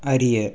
அறிய